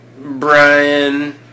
Brian